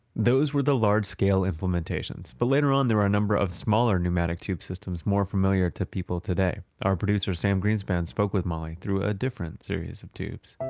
those were the large-scale implementations. but later on, there were a number of smaller pneumatic tube systems more familiar to people today. our producer, sam greenspan spoke with molly through a different series of tubes